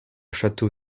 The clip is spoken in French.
château